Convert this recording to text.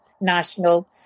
national